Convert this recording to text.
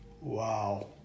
Wow